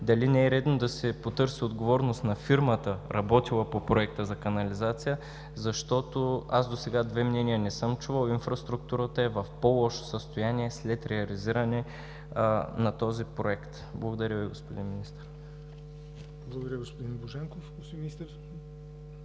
дали не е редно да се потърси отговорност на фирмата, работила по проекта за канализация, защото досега две мнения не съм чувал. Инфраструктурата е в по-лошо състояние след реализиране на този проект. Благодаря Ви, господин Министър. ПРЕДСЕДАТЕЛ ЯВОР НОТЕВ: Благодаря, господин Божанков. Господин Министър?